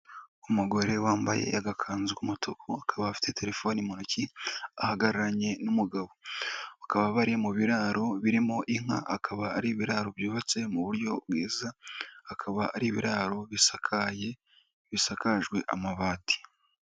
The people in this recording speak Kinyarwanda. Umugore wambaye agakanzu k'umutuku akaba afite telefoni mu ntoki ahagararanye n'umugabo, bakaba bari mu biraro birimo inka, akaba ari ibiraro byubatse mu buryo bwiza, akaba ari ibiraro bisakaye bisakajwe amabati.